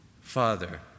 Father